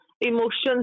emotions